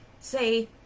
say